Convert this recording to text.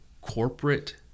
corporate